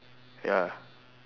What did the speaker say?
ya